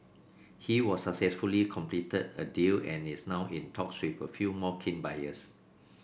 he was successfully completed a deal and is now in talks with a few more keen buyers